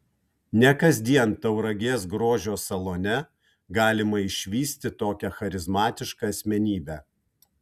ne kasdien tauragės grožio salone galima išvysti tokią charizmatišką asmenybę